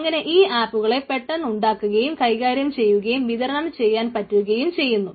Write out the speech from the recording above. അങ്ങനെ ഈ ആപ്പുകളെ പെട്ടെന്ന് ഉണ്ടാക്കുകയും കൈകാര്യം ചെയ്യുകയും വിതരണം ചെയ്യാൻ പറ്റുകയും ചെയ്യുന്നു